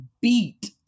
beat